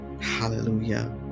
Hallelujah